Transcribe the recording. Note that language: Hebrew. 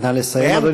נא לסיים,